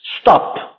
stop